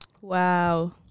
Wow